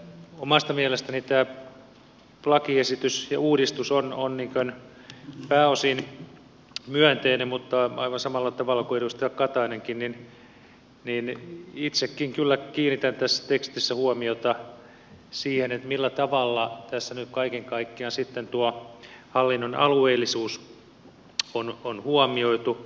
omasta mielestäni tämä lakiesitys ja uudistus on pääosin myönteinen mutta aivan samalla tavalla kuin edustaja katainen itsekin kyllä kiinnitän tässä tekstissä huomiota siihen millä tavalla tässä nyt kaiken kaikkiaan sitten tuo hallinnon alueellisuus on huomioitu